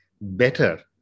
better